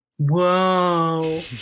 Whoa